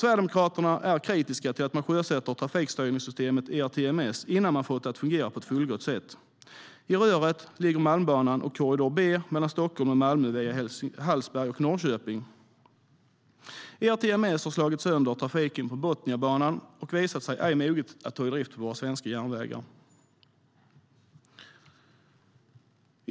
Sverigedemokraterna är kritiska till att man sjösätter trafikstyrningssystemet ERTMS innan man fått det att fungera på ett fullgott sätt. I röret ligger Malmbanan och Korridor B mellan Stockholm och Malmö via Hallsberg och Norrköping. ERTMS har slagit sönder trafiken på Botniabanan och visat sig ej moget att ta i drift på våra svenska järnvägar.